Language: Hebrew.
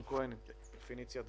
אני מניח שאתם יודעים את